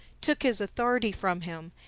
took his authority from him,